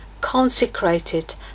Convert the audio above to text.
consecrated